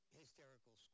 hysterical